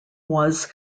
was